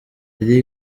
lady